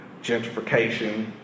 gentrification